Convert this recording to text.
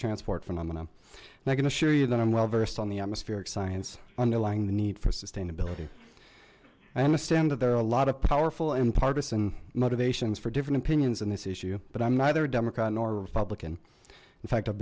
transport phenomena i can assure you that i'm well versed on the atmospheric science underlying the need for sustainability i understand that there are a lot of powerful and partisan motivations for different opinions in this issue but i'm neither democrat or republican in fact i've